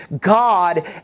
God